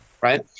right